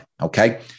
Okay